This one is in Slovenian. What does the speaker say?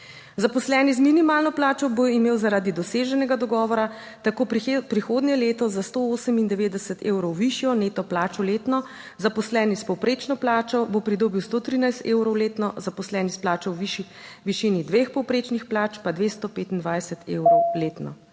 Zaposleni z minimalno plačo bo imel zaradi doseženega dogovora tako prihodnje leto za 198 evrov višjo neto plačo letno, zaposleni s povprečno plačo bo pridobil 113 evrov letno, zaposleni s plačo v višini dveh povprečnih plač pa 225 evrov letno.